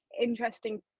interesting